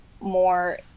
more